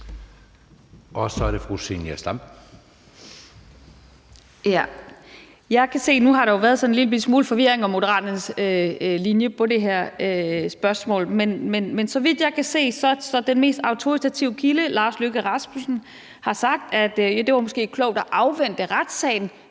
19:03 Zenia Stampe (RV): Nu har der jo været sådan en lillebitte smule forvirring om Moderaternes linje på det her spørgsmål, men så vidt jeg kan se, er den mest autoritative kilde Lars Løkke Rasmussen, som har sagt, at det måske var klogt at afvente retssagen,